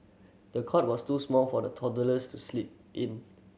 the cot was too small for the toddlers to sleep in